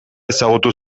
ezagutu